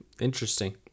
Interesting